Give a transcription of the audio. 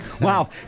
Wow